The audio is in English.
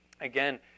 again